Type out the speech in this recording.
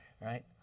right